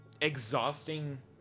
exhausting